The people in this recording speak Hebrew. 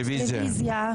רביזיה.